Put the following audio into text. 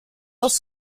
was